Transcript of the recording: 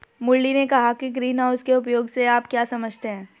मुरली ने कहा कि ग्रीनहाउस के उपयोग से आप क्या समझते हैं?